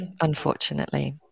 unfortunately